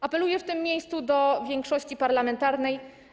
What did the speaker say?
Apeluję w tym miejscu do większości parlamentarnej.